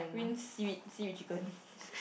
win seaweed seaweed chicken